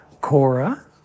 Cora